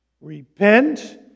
Repent